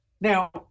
now